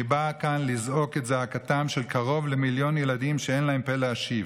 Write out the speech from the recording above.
אני בא כאן לזעוק את זעקתם של קרוב למיליון ילדים שאין להם פה להשיב.